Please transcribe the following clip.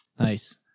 Nice